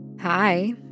Hi